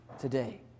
today